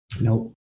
No